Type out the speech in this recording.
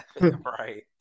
right